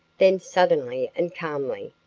then suddenly and calmly,